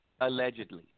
Allegedly